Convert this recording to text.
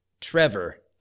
Trevor